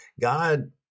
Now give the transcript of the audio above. God